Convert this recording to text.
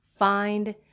Find